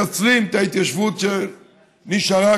מחסלים את ההתיישבות שנשארה,